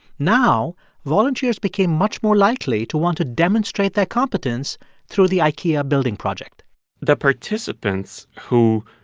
now volunteers became much more likely to want to demonstrate their competence through the ikea building project the participants who,